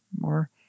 more